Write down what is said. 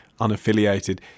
unaffiliated